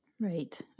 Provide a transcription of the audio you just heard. Right